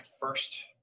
first